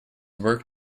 work